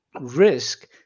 risk